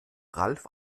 ralf